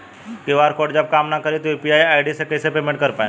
QR code जब काम ना करी त यू.पी.आई आई.डी से कइसे पेमेंट कर पाएम?